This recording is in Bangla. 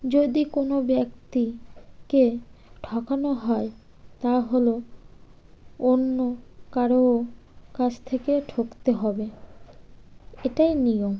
যদি কোনো ব্যক্তিকে ঠকানো হয় তা হলে অন্য কারো কাছ থেকে ঠকতে হবে এটাই নিয়ম